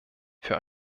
für